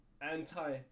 anti